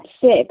six